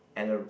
and a